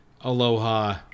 Aloha